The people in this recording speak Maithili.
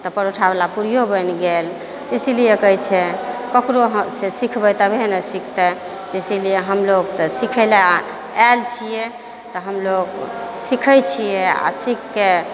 तऽ परोठावला पूरियो बनि गेल तऽ इसीलिये कहै छै ककरो अहाँ से सिखबै तबहि ने सिखतै तऽ इसीलिये हमलोग तऽ सिखय लेल आएल छियै तऽ हमलोग सिखै छियै आ सीखिके